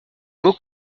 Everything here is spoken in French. mots